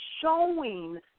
showing